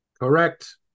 Correct